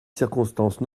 circonstances